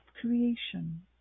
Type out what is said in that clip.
creation